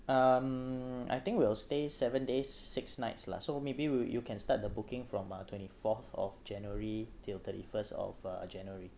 um I think we'll stay seven days six nights lah so maybe you you can start the booking from uh twenty-fourth of january till thirty-first of uh january